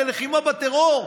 ללחימה בטרור,